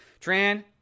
Tran